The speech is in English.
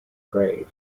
grave